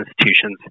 institutions